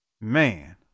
Man